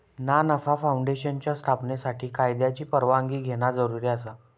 ना नफा फाऊंडेशनच्या स्थापनेसाठी कायद्याची परवानगी घेणा जरुरी आसा